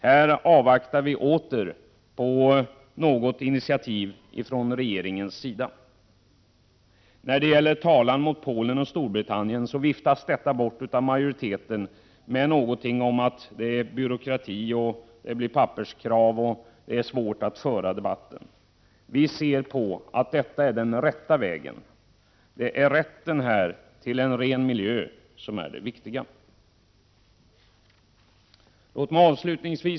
Här avvaktar vi åter initiativ från regeringens sida. En talan mot Polen och Storbritannien viftas bort av majoriteten med tal om att det är byråkrati, att det blir papperskrav och att det är svårt att föra debatten. Vi ser det som att detta är den rätta vägen. Det är rätten till en ren miljö som är det viktiga. Herr talman!